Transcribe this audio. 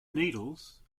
needles